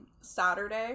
Saturday